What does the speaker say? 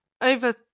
over